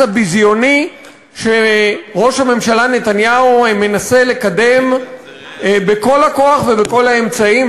הביזיוני שראש הממשלה נתניהו מנסה לקדם בכל הכוח ובכל האמצעים,